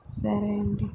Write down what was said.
సరే అండి